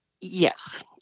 Yes